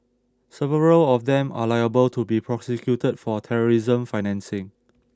several of them are liable to be prosecuted for terrorism financing